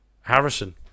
Harrison